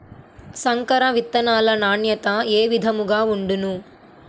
సంకర విత్తనాల నాణ్యత ఏ విధముగా ఉండును?